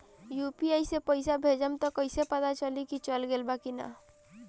UPI से पइसा भेजम त कइसे पता चलि की चल गेल बा की न?